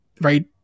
right